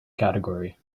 category